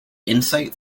insight